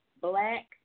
black